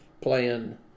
playing